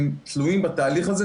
שתלויים בתהליך הזה.